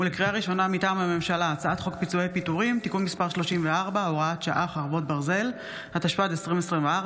כלי הירייה (תיקון מס' 24) (תיקון), התשפ"ד 2024,